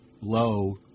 low